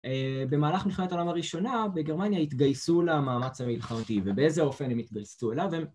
במהלך מלחמתת העולם הראשונה בגרמניה התגייסו למאמץ המלחמתי ובאיזה אופן הם התגייסו אליו